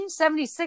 1976